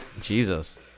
Jesus